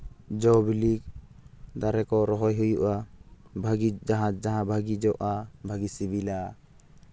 ᱡᱚᱼᱵᱤᱞᱤ ᱫᱟᱨᱮ ᱠᱚ ᱨᱚᱦᱚᱭ ᱦᱩᱭᱩᱜᱼᱟ ᱡᱟᱦᱟᱸ ᱡᱟᱦᱟᱸ ᱵᱷᱟᱹᱜᱤ ᱡᱚᱜᱼᱟ ᱵᱷᱟᱹᱜᱤ ᱥᱤᱵᱤᱞᱟ